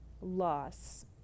Loss